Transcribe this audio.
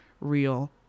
real